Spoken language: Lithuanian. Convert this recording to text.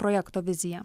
projekto vizija